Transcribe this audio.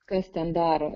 kas ten dar